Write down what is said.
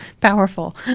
powerful